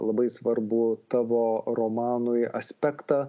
labai svarbų tavo romanui aspektą